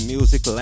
Music